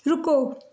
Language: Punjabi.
ਰੁਕੋ